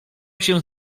się